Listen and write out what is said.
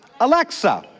Alexa